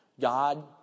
God